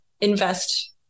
invest